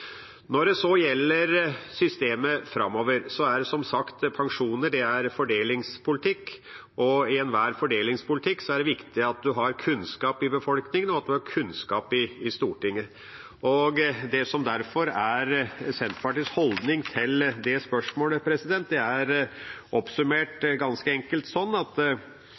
Når det gjelder systemet framover, er det som sagt slik at pensjoner er fordelingspolitikk, og i enhver fordelingspolitikk er det viktig at en har kunnskap i befolkningen, og at en har kunnskap i Stortinget. Det som derfor er Senterpartiets holdning til det spørsmålet, er, oppsummert, ganske enkelt sånn: